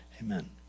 Amen